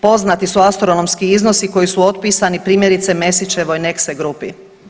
Poznati su astronomski iznosi koji su otpisani primjerice, Mesićevoj Nexe grupi.